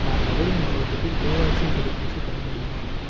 நான் மதுரை மாவட்டத்தில் கோவேக்சின் தடுப்பூசி பெற முடியுமா